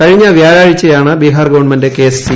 കഴിഞ്ഞ വൃാഴാഴ്ചയാണ് Bihar government case C